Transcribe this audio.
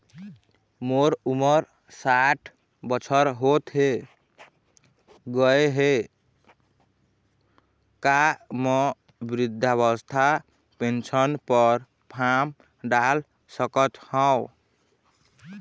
मोर उमर साठ बछर होथे गए हे का म वृद्धावस्था पेंशन पर फार्म डाल सकत हंव?